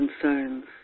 concerns